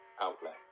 outlet